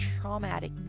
traumatic